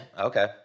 Okay